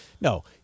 No